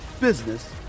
business